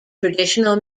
traditional